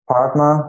partner